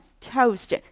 toast